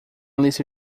lista